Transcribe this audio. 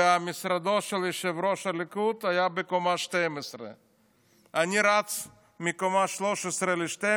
ומשרדו של יושב-ראש הליכוד היה בקומה 12. אני רץ מקומה 13 ל-12,